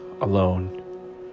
alone